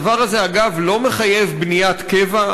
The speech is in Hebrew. הדבר הזה, אגב, לא מחייב בניית קבע.